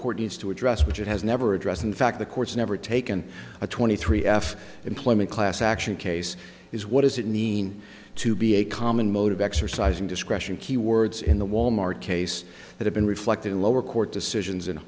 court needs to address which it has never addressed in fact the courts never taken a twenty three f employment class action case is what does it mean to be a common mode of exercising discretion keywords in the wal mart case that have been reflected in lower court decisions